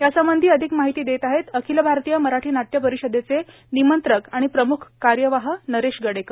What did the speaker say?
यासंबंधी अधिक माहिती देत आहेत अखिल भारतीय मराठी नाट्य परिषदेचे निमंत्रक आणि प्रमुख कार्यवाह नरेश गडेकर